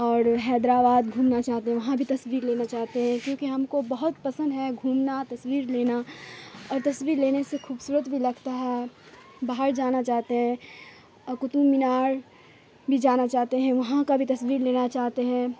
اور حیدرآباد گھومنا چاہتے ہیں وہاں بھی تصویر لینا چاہتے ہیں کیونکہ ہم کو بہت پسند ہے گھومنا تصویر لینا اور تصویر لینے سے خوبصورت بھی لگتا ہے باہر جانا چاہتے ہیں اور قطب مینار بھی جانا چاہتے ہیں وہاں کا بھی تصویر لینا چاہتے ہیں